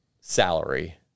salary